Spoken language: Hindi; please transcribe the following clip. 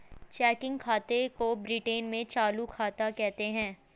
चेकिंग खाते को ब्रिटैन में चालू खाता कहते हैं